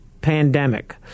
pandemic